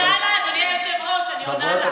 היא פנתה אליי, אדוני היושב-ראש, אז אני עונה לה.